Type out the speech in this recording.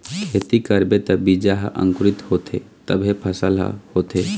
खेती करबे त बीजा ह अंकुरित होथे तभे फसल ह होथे